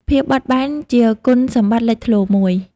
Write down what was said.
ភាពបត់បែន ជាគុណសម្បត្តិលេចធ្លោមួយ។